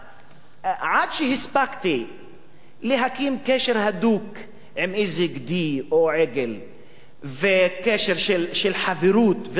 עד שהספקתי להקים קשר הדוק עם איזה גדי או עגל וקשר של חברות ורחמנות,